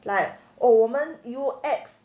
like oh 我们 U_X